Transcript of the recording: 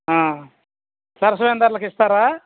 సరసమైన ధరలకు ఇస్తారా